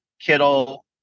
Kittle